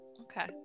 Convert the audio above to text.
okay